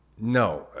no